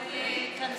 הוא עולה להתייחסות.